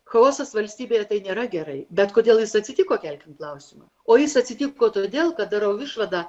chaosas valstybėje tai nėra gerai bet kodėl jis atsitiko kelkim klausimą o jis atsitiko todėl kad darau išvadą